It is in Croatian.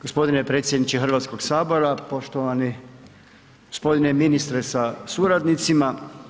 Gospodine predsjedniče Hrvatskog sabora, poštovani gospodine ministre sa suradnicima.